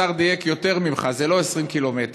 השר דייק יותר ממך: זה לא 20 ק"מ,